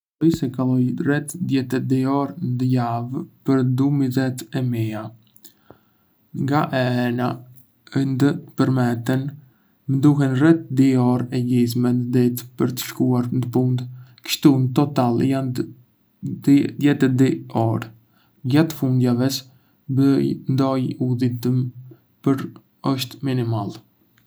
Mendoj se kaloj rreth dhjetë e di orë ndë javë për udhëtimet e mia. Nga e hëna ndë të premten, më duhen rreth di orë e gjysmë ndë ditë për të shkuar ndë pundë. Kështu, ndë total, jandë dhjetë e di orë. Gjatë fundjavës, bëj ndonjë udhëtim, por është minimal.